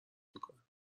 میکنم